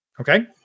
Okay